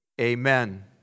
Amen